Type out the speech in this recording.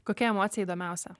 kokia emocija įdomiausia